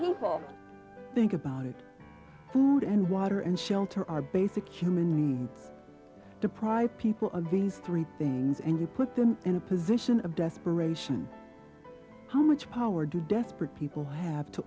people think about it food and water and shelter our basic human needs deprive people of these three things and you put them in a position of desperation how much power do desperate people have to